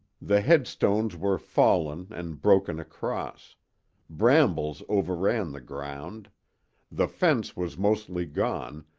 the headstones were fallen and broken across brambles overran the ground the fence was mostly gone,